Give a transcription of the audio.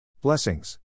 Blessings